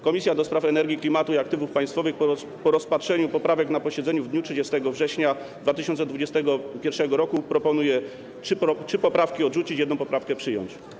Komisja do Spraw Energii, Klimatu i Aktywów Państwowych po rozpatrzeniu poprawek na posiedzeniu w dniu 30 września 2021 r. proponuje trzy poprawki odrzucić, jedną poprawkę przyjąć.